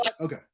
Okay